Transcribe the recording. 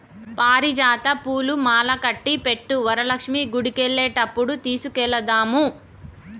పారిజాత పూలు మాలకట్టి పెట్టు వరలక్ష్మి గుడికెళ్లేటప్పుడు తీసుకెళదాము